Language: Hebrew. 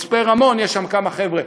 מצפה-רמון, יש שם כמה חבר'ה,